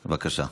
בבקשה.